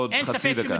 עוד חצי דקה.